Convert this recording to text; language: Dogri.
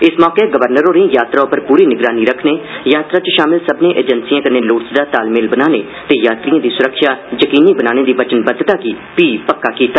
इस मौके गवर्नर होरें यात्रा उप्पर पूरी निगरानी रक्खने यात्रा च शामिल सब्मनें एजेंसिएं कन्नै लोड़चदा तालमेल बनाने ते यात्रिएं दी सुरक्षा यकीनी बनाने दी वचनबद्वता गी फ्ही पक्का कीता